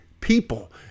people